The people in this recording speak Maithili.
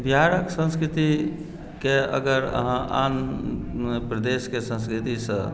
बिहारक संस्कृतिकेँ अगर अहाँ आन प्रदेशके संस्कृतिसँ